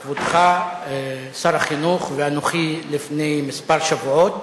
כבודך, שר החינוך ואנוכי לפני כמה שבועות,